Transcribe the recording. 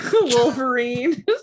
Wolverine